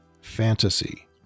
fantasy